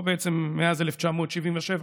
או בעצם מאז 1977,